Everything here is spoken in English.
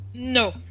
No